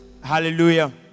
Hallelujah